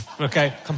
Okay